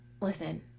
listen